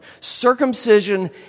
Circumcision